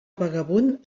vagabund